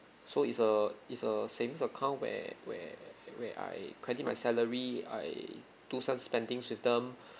so it's a it's a savings account where where where I credit my salary I do some spendings with them